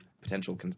potential –